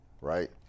right